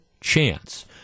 chance